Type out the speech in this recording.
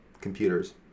computers